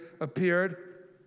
appeared